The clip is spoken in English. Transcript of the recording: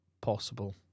possible